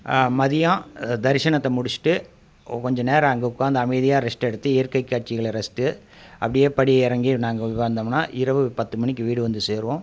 மதியம் தரிசனத்த முடிசிட்டு கோ கொஞ்ச நேரம் அங்கே உட்காந்து அமைதியாக ரெஸ்ட் எடுத்து இயற்கை காட்சிகளை ரசிஸ்ட்டு அப்படியே படி இறங்கி நாங்கள் வந்தமுன்னா இரவு பத்து மணிக்கு வீடு வந்து சேருவோம்